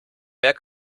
mehr